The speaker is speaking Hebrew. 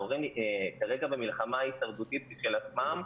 ההורים כרגע במלחמה הישרדותית משל עצמם,